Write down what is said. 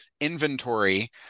inventory